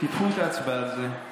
תדחו את ההצבעה על זה.